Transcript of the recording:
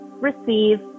receive